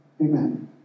Amen